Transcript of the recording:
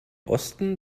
osten